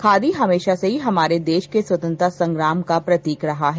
खादी हमेशा से हमारे देश के स्वतंत्रता संग्राम का प्रतीक रहा है